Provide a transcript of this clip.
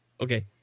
Okay